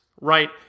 right